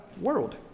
world